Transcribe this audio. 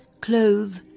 clothe